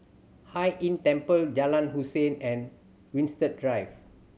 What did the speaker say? Hai Inn Temple Jalan Hussein and Winstedt Drive